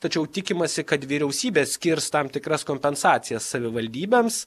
tačiau tikimasi kad vyriausybė skirs tam tikras kompensacijas savivaldybėms